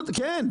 כן.